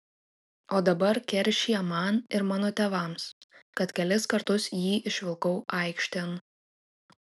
o dabar keršija man ir mano tėvams kad kelis kartus jį išvilkau aikštėn